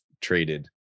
traded